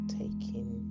taking